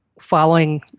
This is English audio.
following